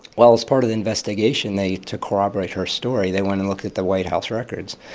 well, as part of the investigation, they to corroborate her story, they went and looked at the white house records.